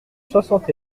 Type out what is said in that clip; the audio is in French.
soixante